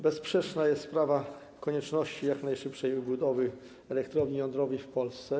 Bezsprzeczna jest sprawa konieczności jak najszybszej budowy elektrowni jądrowej w Polsce.